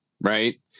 right